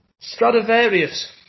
Stradivarius